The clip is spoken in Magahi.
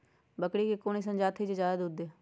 बकरी के कोन अइसन जात हई जे जादे दूध दे?